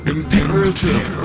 Imperative